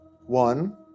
One